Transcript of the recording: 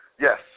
Yes